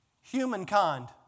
Humankind